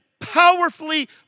powerfully